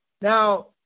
Now